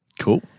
Cool